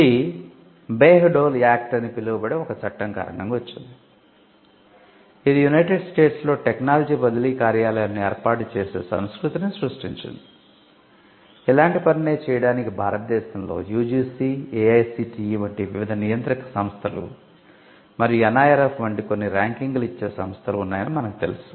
ఇది Bayh Dole act వంటి కొన్ని ర్యాంకింగ్ ఇచ్చే సంస్థలు ఉన్నాయని మనకు తెలుసు